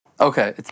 Okay